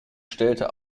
stellte